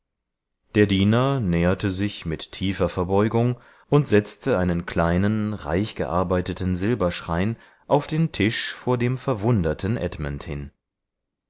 der diener näherte sich mit tiefer verbeugung und setzte einen kleinen reichgearbeiteten silberschrein auf den tisch vor dem verwunderten edmund hin